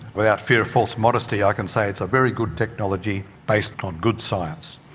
without fear of false modesty i can say it's a very good technology based on good science.